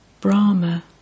Brahma